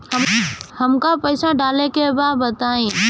हमका पइसा डाले के बा बताई